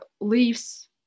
leaves